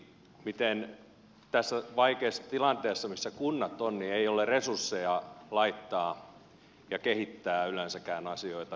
miten tässä vaikeassa tilanteessa missä kunnat ovat ei ole resursseja laittaa ja kehittää yleensäkään asioita